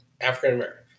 African-American